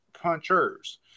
punchers